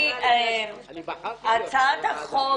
הצעת החוק